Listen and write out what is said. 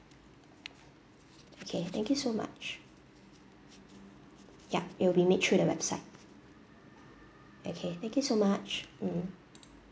okay thank you so much yup it will be made through the website okay thank you so much mm mm